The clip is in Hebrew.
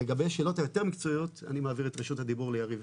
אבל לגבי השאלות היותר מקצועיות אני מעביר את רשות הדיבור ליריב.